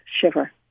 shiver